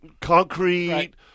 concrete